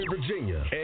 virginia